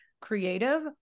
creative